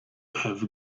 have